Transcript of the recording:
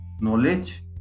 knowledge